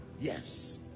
yes